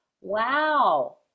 Wow